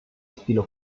estilo